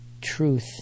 truth